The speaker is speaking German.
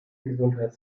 gesundheit